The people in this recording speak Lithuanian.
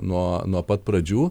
nuo nuo pat pradžių